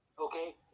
Okay